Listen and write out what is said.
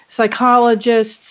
psychologists